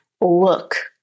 look